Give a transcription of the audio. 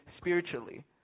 spiritually